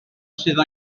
sydd